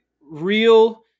real